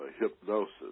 hypnosis